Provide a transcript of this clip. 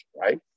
right